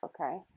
okay